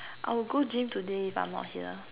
I'll go gym today if I'm not here